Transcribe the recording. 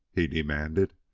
he demanded.